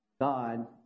God